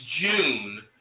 June